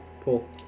Cool